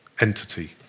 entity